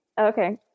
Okay